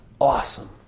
awesome